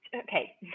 Okay